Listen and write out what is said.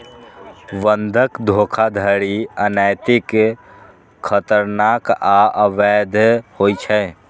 बंधक धोखाधड़ी अनैतिक, खतरनाक आ अवैध होइ छै